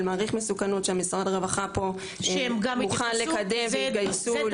של מעריך מסוכנות שמשרד הרווחה מוכן לקדם והם התגייסו לזה.